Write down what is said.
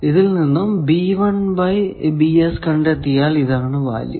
ഇതിൽ നിന്നും കണ്ടെത്തിയാൽ ഇതാണ് വാല്യൂ